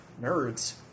Nerds